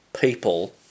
people